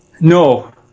No